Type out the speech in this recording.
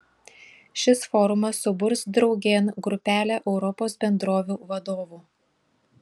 šis forumas suburs draugėn grupelę europos bendrovių vadovų